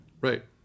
Right